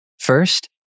First